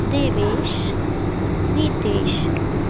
Devesh Nitesh